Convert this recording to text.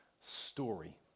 Story